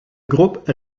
groupe